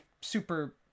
super